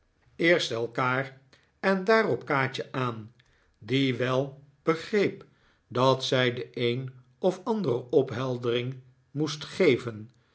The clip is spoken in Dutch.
elkaar en daarop kaatje aan die wel begreep dat zij de een of andere opheldering moest geven